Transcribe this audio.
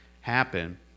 happen